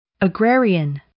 Agrarian